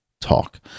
talk